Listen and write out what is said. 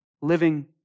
living